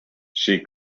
she